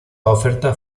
oferta